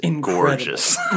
gorgeous